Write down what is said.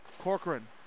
Corcoran